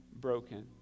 broken